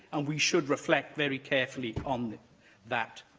and we should reflect very carefully on that.